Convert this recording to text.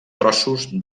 trossos